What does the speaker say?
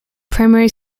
primary